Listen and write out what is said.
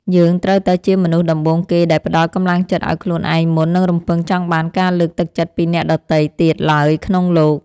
យើងត្រូវតែជាមនុស្សដំបូងគេដែលផ្ដល់កម្លាំងចិត្តឱ្យខ្លួនឯងមុននឹងរំពឹងចង់បានការលើកទឹកចិត្តពីអ្នកដទៃទៀតឡើយក្នុងលោក។